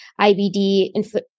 IBD